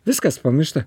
viskas pamiršta